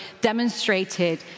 demonstrated